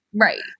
Right